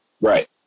Right